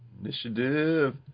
Initiative